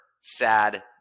sad